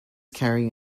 carrying